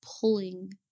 pulling